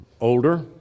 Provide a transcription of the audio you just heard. older